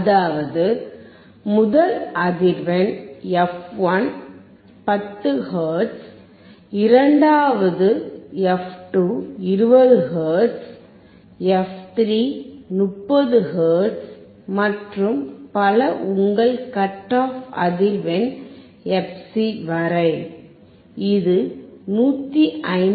அதாவது முதல் அதிர்வெண் f1 10 ஹெர்ட்ஸ் இரண்டாவது f2 20 ஹெர்ட்ஸ் f 3 30 ஹெர்ட்ஸ் மற்றும் பல உங்கள் கட் ஆப் அதிர்வெண் fc வரை இது 159